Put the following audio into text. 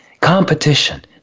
competition